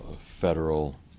federal